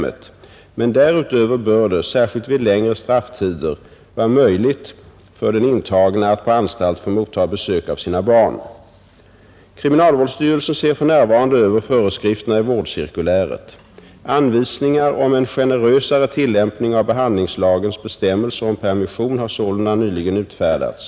Men 15 april 1971 därutöver bör det, särskilt vid längre strafftider, vara möjligt för den intagne att på anstalt få mottaga besök av sina barn. Om bättre möjlig Kriminalvårdsstyrelsen ser för närvarande över föreskrifterna i vårdheter för intagna på cirkuläret. Anvisningar om en generösare tillämpning av behandlings ANNO lagens bestämmelser om permission har sålunda nyligen utfärdats.